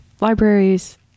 libraries